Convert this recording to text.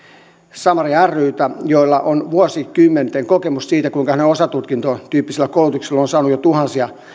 samaria rytä jolla on vuosikymmenten kokemus siitä kuinka osatutkintotyyppisellä koulutuksella on saatu jo tuhansia